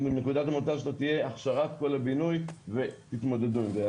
שנקודת המוצא שלה לא תהיה הכשרת כל הבינוי ו"תתמודדו עם זה".